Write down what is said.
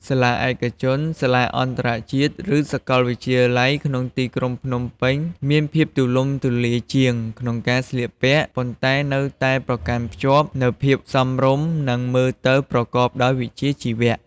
សាលាឯកជន សាសាអន្តរជាតិ ឬ សកលវិទ្យាល័យក្នុងទីក្រុងភ្នំពេញមានភាពទូលំទូលាយជាងក្នុងការស្លៀកពាក់ ប៉ុន្តែនៅតែប្រកាន់ខ្ជាប់នៅភាពសមរម្យ និង មើលទៅប្រកបដោយវិជ្ជាជីវៈ។